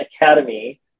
academy